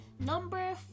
Number